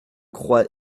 croix